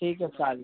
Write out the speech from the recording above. ठीक आहे चालेल